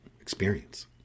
experience